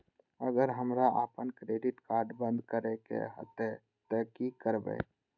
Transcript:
अगर हमरा आपन क्रेडिट कार्ड बंद करै के हेतै त की करबै?